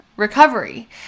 Recovery